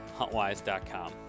HuntWise.com